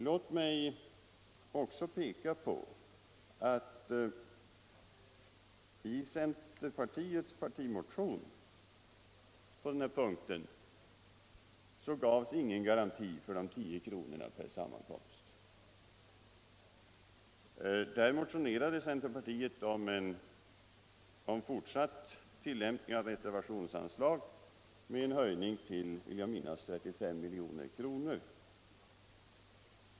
Låt mig också peka på att i centerpartiets partimotion på den här punkten gavs ingen garanti för de 10 kronorna per sammankomst. Centerpartiet motionerade om fortsatt tillämpning av reservationsanslag med en höjning till 35 milj.kr.